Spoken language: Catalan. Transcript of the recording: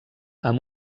amb